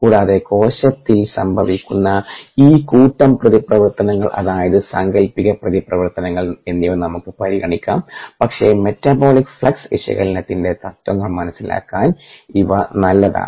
കൂടാതെ കോശത്തിൽ സംഭവിക്കുന്ന ഈ കൂട്ടം പ്രതിപ്രവർത്തനങ്ങൾ അതായത് സാങ്കൽപ്പിക പ്രതിപ്രവർത്തനങ്ങൾ എന്നിവ നമുക്ക് പരിഗണിക്കാം പക്ഷേ മെറ്റബോളിക് ഫ്ലക്സ് വിശകലനത്തിന്റെ തത്വങ്ങൾ മനസിലാക്കാൻ ഇവ നല്ലതാണ്